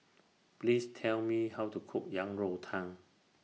Please Tell Me How to Cook Yang Rou Tang